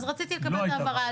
אז רציתי לקבל את ההבהרה.